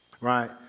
right